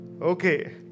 Okay